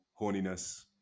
horniness